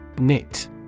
Knit